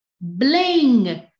bling